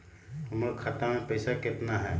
हमर खाता मे पैसा केतना है?